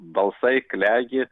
balsai klegi